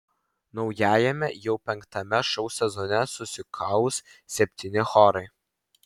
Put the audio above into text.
naujajame jau penktame šou sezone susikaus septyni chorai